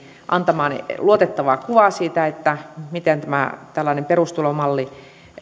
antamaan luotettavaa kuvaa siitä miten tämä tällainen perustulomalli